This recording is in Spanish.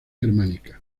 germánicas